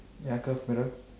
ya